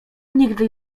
nigdy